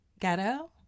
Ghetto